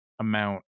amount